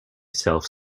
self